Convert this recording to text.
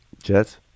Jets